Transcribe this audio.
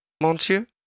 Monsieur